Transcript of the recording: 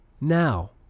Now